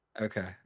Okay